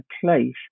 place